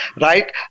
right